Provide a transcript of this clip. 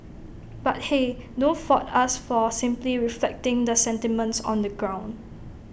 but hey don't fault us for simply reflecting the sentiments on the ground